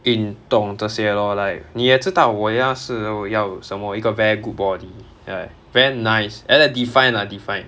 运动这些 lor like 你也知道我要是我要什么一个 very good body ya very nice a~ defined lah defined